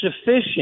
sufficient